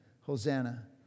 Hosanna